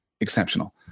exceptional